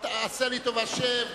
עשה לי טובה, שב.